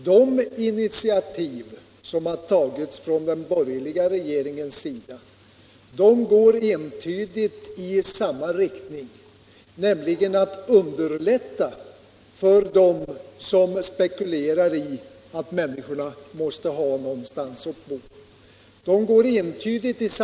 De initiativ som tagits från den borgerliga regeringens sida går entydigt i samma riktning, nämligen att underlätta för dem som spekulerar i att människorna måste ha någonstans att bo.